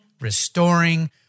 restoring